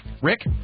Rick